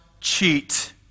cheat